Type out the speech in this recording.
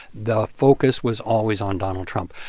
the focus was always on donald trump.